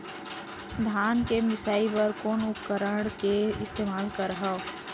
धान के मिसाई बर कोन उपकरण के इस्तेमाल करहव?